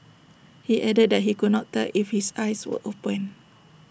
he added that he could not tell if his eyes were open